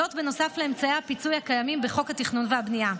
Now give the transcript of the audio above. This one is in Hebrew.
נוסף לאמצעי הפיצוי הקיימים בחוק התכנון והבנייה.